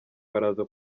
baraza